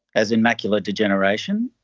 as in macular degeneration,